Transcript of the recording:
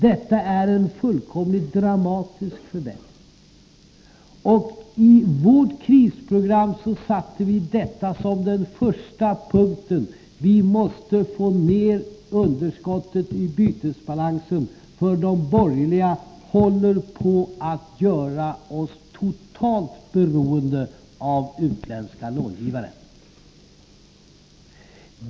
Detta är en fullkomligt dramatisk förbättring. I vårt krisprogram satte vi som den första punkten att vi måste få ner underskottet i bytesbalansen, för de borgerliga höll på att göra oss totalt beroende av utländska långivare.